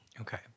Okay